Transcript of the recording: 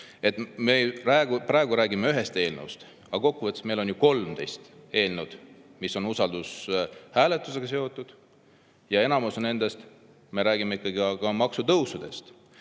Me praegu räägime ühest eelnõust, aga kokkuvõttes on meil 13 eelnõu, mis on usaldushääletusega seotud, ja enamus nendest räägib ikkagi maksutõusudest.